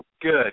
Good